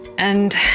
and